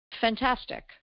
fantastic